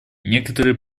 некоторые